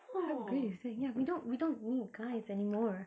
how great is that ya we don't we don't need guys anymore